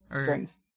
Strings